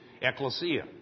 ecclesia